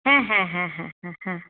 হ্যাঁ হ্যাঁ হ্যাঁ হ্যাঁ হ্যাঁ হ্যাঁ